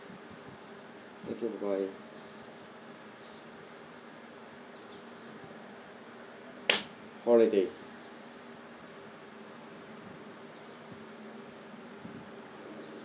okay bye bye holiday